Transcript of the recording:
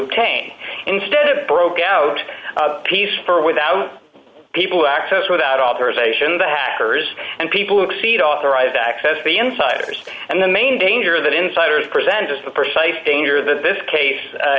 obtain instead of broke out piece for without people access without authorization the hackers and people who exceed authorized access the insiders and the main danger that insiders present is the precise danger that this case